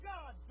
God